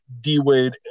D-Wade